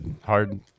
hard